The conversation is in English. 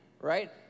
right